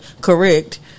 correct